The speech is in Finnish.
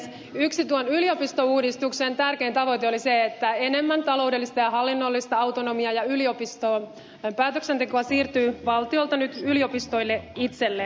yksi tuon yliopistouudistuksen tärkein tavoite oli se että enemmän taloudellista ja hallinnollista autonomiaa ja yliopiston päätöksentekoa siirtyy valtiolta nyt yliopistoille itselleen